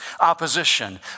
opposition